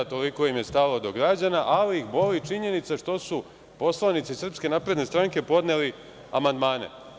Toliko im je stalo do građana, ali ih boli činjenica što su poslanici SNS podneli amandmane.